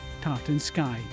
tartansky